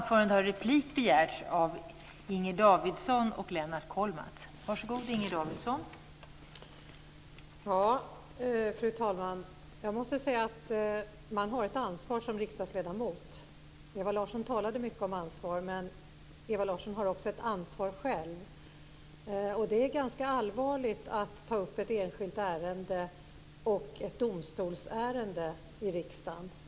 Fru talman! Jag måste säga att man har ett ansvar som riksdagsledamot. Ewa Larsson talade mycket om ansvar, men Ewa Larsson har också ett ansvar själv. Det är ganska allvarligt att ta upp ett enskilt ärende, ett domstolsärende, i riksdagen.